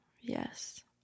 Yes